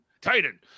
titan